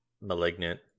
malignant